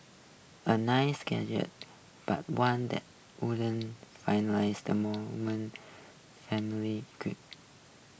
a nice gesture but one that wouldn't the mourning family's queries